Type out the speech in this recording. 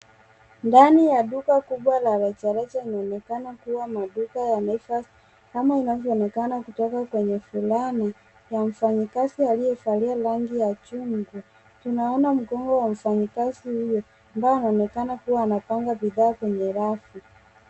Ndani ya duka kubwa la rejareja inaonekana kuwa maduka ya Naivas kama inavyoonekana kutoka kwenye fulana ya mfanyikazi aliyevalia rangi ya chungwa. Tunaona mgongo wa mfanyikazi huyo ambaye anaonekana kupanga bidhaa kwenye rafu.